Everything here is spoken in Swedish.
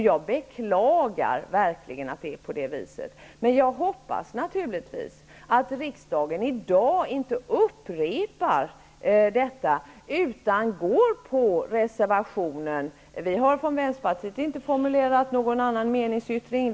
Jag beklagar verkligen att det är på det viset, men hoppas naturligtvis att riksdagen inte upprepar detta i dag, utan går på reservationen. Från Vänsterpartiet har vi inte formulerat någon annan meningsyttring.